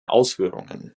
ausführungen